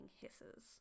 hisses